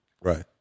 Right